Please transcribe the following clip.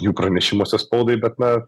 jų pranešimuose spaudai bet na